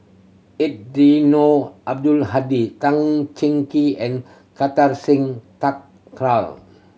Eddino Abdul Hadi Tan Cheng Kee and Kartar Singh Thakral